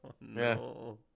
no